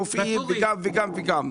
רופאים ועוד ועוד ועוד.